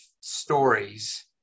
stories